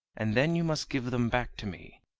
and then you must give them back to me.